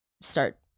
start